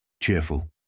cheerful